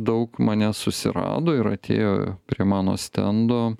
daug mane susirado ir atėjo prie mano stendo